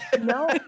No